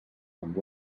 amb